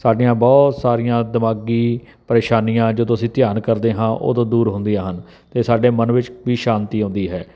ਸਾਡੀਆਂ ਬਹੁਤ ਸਾਰੀਆਂ ਦਿਮਾਗੀ ਪਰੇਸ਼ਾਨੀਆਂ ਜਦੋਂ ਅਸੀਂ ਧਿਆਨ ਕਰਦੇ ਹਾਂ ਉਦੋਂ ਦੂਰ ਹੁੰਦੀਆਂ ਹਨ ਅਤੇ ਸਾਡੇ ਮਨ ਵਿੱਚ ਕੋਈ ਸ਼ਾਂਤੀ ਆਉਂਦੀ ਹੈ